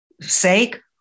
sake